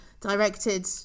directed